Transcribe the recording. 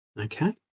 Okay